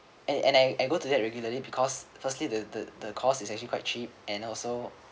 and and I I go to that regularly because firstly the the the cost is actually quite cheap and also